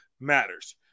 matters